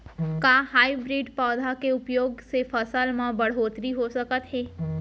का हाइब्रिड पौधा के उपयोग से फसल म बढ़होत्तरी हो सकत हे?